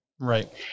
Right